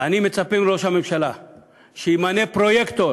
אני מצפה מראש הממשלה שימנה פרויקטור